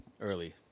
early